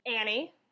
Annie